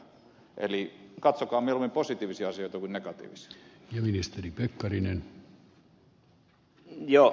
eli katsokaa mieluummin positiivisia asioita kuin negatiivisia